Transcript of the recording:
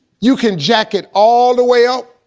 you can jack it all the way up,